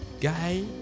guy